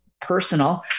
personal